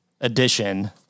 edition